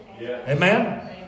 Amen